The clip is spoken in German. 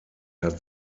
hat